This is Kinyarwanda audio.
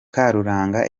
karuranga